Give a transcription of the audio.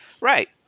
Right